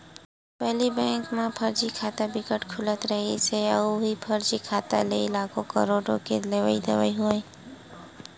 पहिली बेंक म फरजी खाता बिकट के खुलत रिहिस हे अउ उहीं फरजी खाता म लाखो, करोड़ो के लेवई देवई होवय